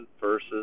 versus